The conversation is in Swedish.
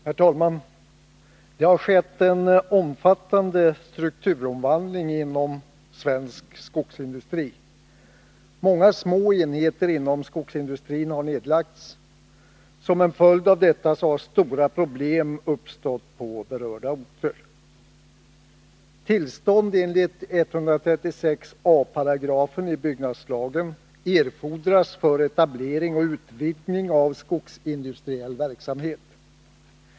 Herr talman! Det har skett en omfattande strukturomvandling inom svensk skogsindustri. Många små enheter inom skogsindustrin har nedlagts. Som en följd av detta har stora problem uppstått på berörda orter. Tillstånd enligt 136 a § byggnadslagen erfordras för etablering och utvidgning av skogsindustriell verksamhet.